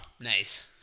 Nice